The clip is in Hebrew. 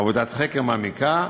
עבודת חקר מעמיקה.